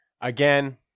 Again